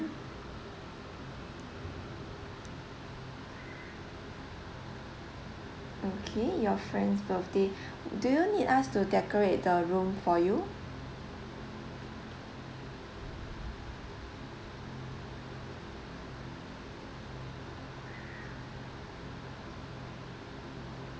okay your friend's birthday do you need us to decorate the room for you